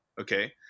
okay